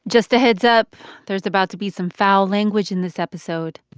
just a heads up there's about to be some foul language in this episode